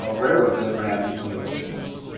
ah railroads that ran between those points.